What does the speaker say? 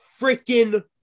freaking